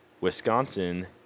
Wisconsin